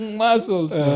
muscles